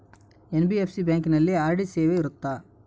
NBFC ಬ್ಯಾಂಕಿನಲ್ಲಿ RD ಸೇವೆ ಇರುತ್ತಾ?